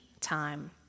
time